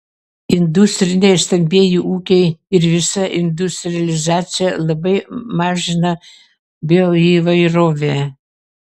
industriniai stambieji ūkiai ir visa industrializacija labai mažina bioįvairovę